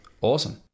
awesome